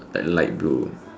like light blue